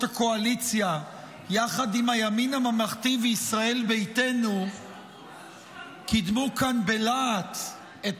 הקואליציה יחד עם הימין הממלכתי וישראל ביתנו קידמו כאן בלהט את